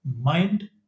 mind